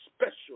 special